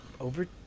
over